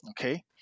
Okay